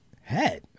head